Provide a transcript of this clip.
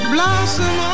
Blossom